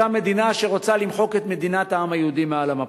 אותה מדינה שרוצה למחוק את מדינת העם היהודי מעל המפה,